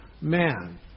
man